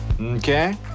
Okay